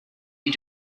you